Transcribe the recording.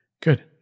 good